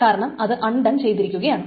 കാരണം അത് അൺഡൺ ചെയ്തിരിക്കുകയാണ്